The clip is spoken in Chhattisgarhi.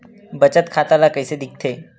बचत खाता ला कइसे दिखथे?